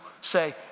say